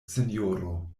sinjoro